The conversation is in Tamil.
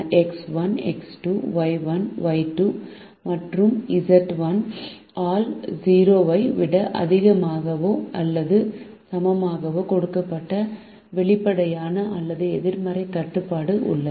எக்ஸ் 1 எக்ஸ் 2 ஒய் 1 ஒய் 2 மற்றும் Z 1 X1 X2 Y1 Y2 and Z1ஆல் 0 ஐ விட அதிகமாகவோ அல்லது சமமாகவோ கொடுக்கப்பட்ட வெளிப்படையான அல்லாத எதிர்மறை கட்டுப்பாடு உள்ளது